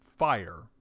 fire